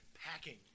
Packing